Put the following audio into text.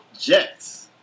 Jets